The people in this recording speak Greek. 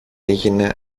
έγινε